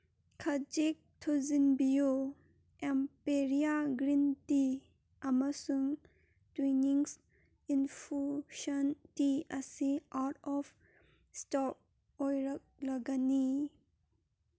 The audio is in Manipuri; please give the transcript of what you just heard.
ꯈꯖꯤꯛ ꯊꯨꯖꯤꯟꯕꯤꯌꯨ ꯑꯦꯝꯄꯦꯔꯤꯌꯥ ꯒ꯭ꯔꯤꯟ ꯇꯤ ꯑꯃꯁꯨꯡ ꯇ꯭ꯋꯤꯅꯤꯡꯁ ꯏꯟꯐꯨꯁꯟ ꯇꯤ ꯑꯁꯤ ꯑꯥꯎꯠ ꯑꯣꯐ ꯏꯁꯇꯣꯛ ꯑꯣꯏꯔꯛꯂꯒꯅꯤ